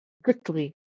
strictly